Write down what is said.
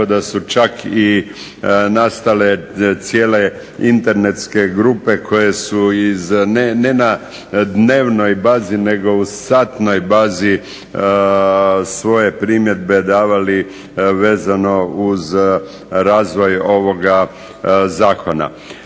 da su čak i nastale cijele internetske grupe koje su ne na dnevnoj bazi nego u satnoj bazi svoje primjedbe davali vezano uz razvoj ovoga zakona.